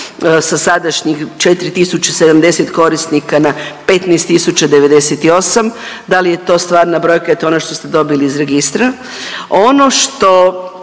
sa sadašnjih 4070 korisnika na 15098. Da li je to stvarna brojka to je ono što ste dobili iz registra. Ono što